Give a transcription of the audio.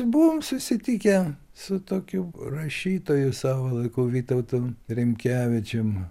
buvom susitikę su tokiu rašytoju savo laiku vytautu rimkevičium